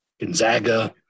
Gonzaga